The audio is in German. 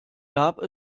gab